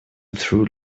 through